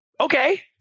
okay